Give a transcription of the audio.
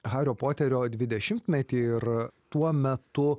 hario poterio dvidešimtmetį ir tuo metu